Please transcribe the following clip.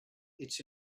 its